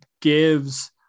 gives